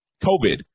covid